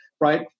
right